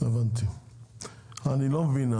אני לא מבין,